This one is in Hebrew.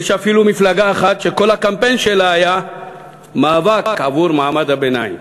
יש אפילו מפלגה אחת שכל הקמפיין שלה היה מאבק עבור מעמד הביניים.